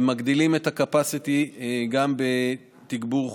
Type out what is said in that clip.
ומגדילים את ה-capacity גם בתגבור חוץ.